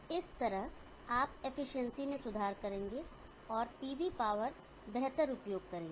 इस तरह आप एफिशिएंसी में सुधार करेंगे और पीवी पावर बेहतर उपयोग करेंगे